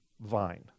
vine